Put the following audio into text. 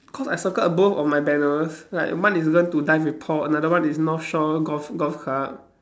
cause I circled both of my banners like mine is learn to dive with Paul another one is north shore golf golf club